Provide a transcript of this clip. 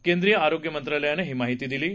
केंद्रीय आरोग्य मंत्रालयानं ही माहिती दिली आहे